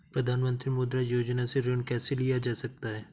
प्रधानमंत्री मुद्रा योजना से ऋण कैसे लिया जा सकता है?